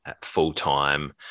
full-time